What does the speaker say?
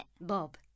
Bob